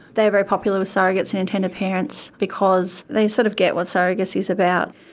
they're very popular with surrogates and intended parents because they sort of get what surrogacy is about,